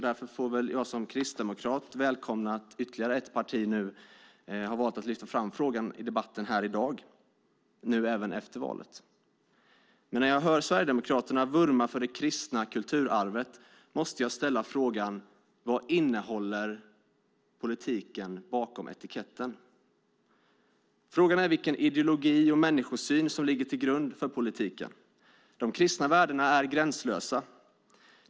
Därför får väl jag som kristdemokrat välkomna att ytterligare ett parti har valt att lyfta fram frågan i debatten här i dag, även nu efter valet. Men när jag hör Sverigedemokraterna vurma för det kristna kulturarvet måste jag ställa frågan: Vad innehåller politiken bakom etiketten? Frågan är vilken ideologi och människosyn som ligger till grund för politiken. De kristna värdena är gränslösa.